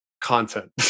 content